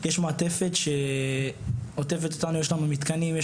יש מעטפת שעוטפת אותנו, יש לנו מתקנים.